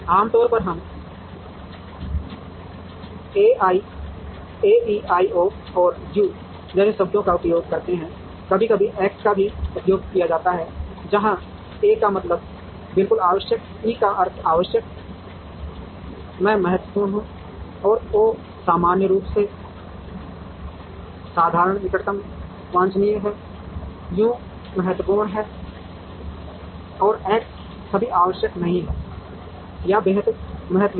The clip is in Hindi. आमतौर पर हम एईआईओ और यू जैसे शब्दों का उपयोग करते हैं कभी कभी एक्स का भी उपयोग किया जाता है जहां ए का मतलब यह बिल्कुल आवश्यक है ई का अर्थ आवश्यक है मैं महत्वपूर्ण हूं ओ सामान्य रूप से साधारण निकटता वांछनीय है यू महत्वहीन है और एक्स सभी आवश्यक नहीं है या बेहद महत्वहीन